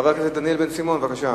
חבר הכנסת דניאל בן-סימון, בבקשה.